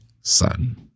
son